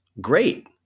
great